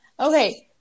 Okay